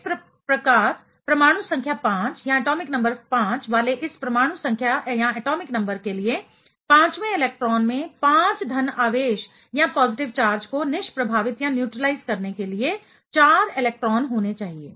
इस प्रकार परमाणु संख्या 5 वाले इस परमाणु संख्या एटॉमिक नंबर के लिए पांचवें इलेक्ट्रॉन में 5 धन आवेश पॉजिटिव चार्ज को निष्प्रभावित न्यूट्रलाइज करने के लिए 4 इलेक्ट्रॉन होने चाहिए